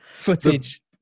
footage